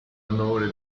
onore